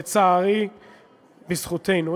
לצערי, בזכותנו.